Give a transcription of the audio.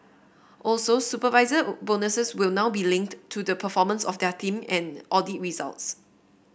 also supervisor bonuses will now be linked to the performance of their team and audit results